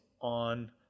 on